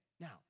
now